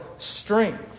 Strength